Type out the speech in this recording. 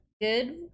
good